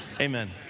amen